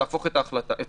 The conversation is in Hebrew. תהפוך את ההנחיה.